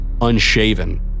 unshaven